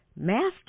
Master